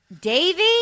Davy